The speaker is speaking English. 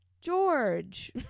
George